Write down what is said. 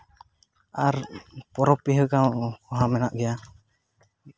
ᱟᱨ ᱯᱚᱨᱚᱵᱽ ᱯᱤᱦᱟᱹ ᱠᱚᱦᱚᱸ ᱢᱮᱱᱟᱜ ᱜᱮᱭᱟ